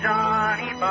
Johnny